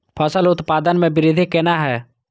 फसल उत्पादन में वृद्धि केना हैं?